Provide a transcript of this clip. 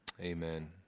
Amen